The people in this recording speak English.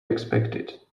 expected